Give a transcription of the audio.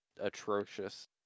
atrocious